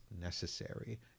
necessary